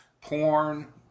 Porn